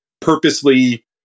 purposely